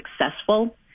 successful